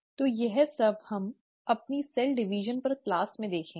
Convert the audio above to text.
तो यह सब हम अपनी कोशिका विभाजन पर क्लास में देखेंगे